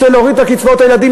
רוצה להוריד את קצבאות הילדים?